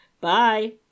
Bye